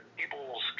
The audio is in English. people's